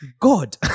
God